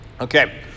Okay